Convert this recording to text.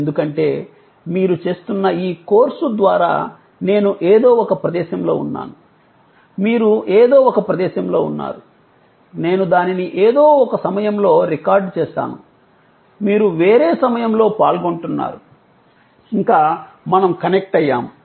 ఎందుకంటే మీరు చేస్తున్న ఈ కోర్సు ద్వారా నేను ఏదో ఒక ప్రదేశంలో ఉన్నాను మీరు ఏదో ఒక ప్రదేశంలో ఉన్నారు నేను దానిని ఏదో ఒక సమయంలో రికార్డ్ చేసాను మీరు వేరే సమయంలో పాల్గొంటున్నారు ఇంకా మనము కనెక్ట్ అయ్యాము